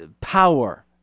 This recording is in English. Power